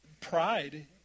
pride